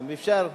אם אפשר.